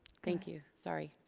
thank you, sorry.